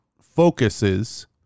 focuses